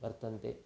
वर्तन्ते